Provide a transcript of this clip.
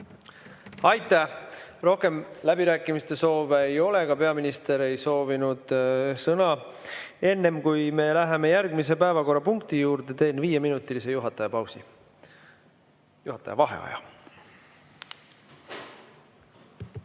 Aitäh! Rohkem läbirääkimise soove ei ole, ka peaminister ei soovinud sõna. Enne, kui me läheme järgmise päevakorrapunkti juurde, teen viieminutilise juhataja pausi, juhataja vaheaja.V